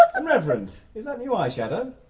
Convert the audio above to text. um reverend is that new eye shadow?